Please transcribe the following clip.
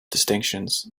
distinctions